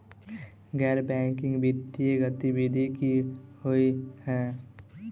गैर बैंकिंग वित्तीय गतिविधि की होइ है?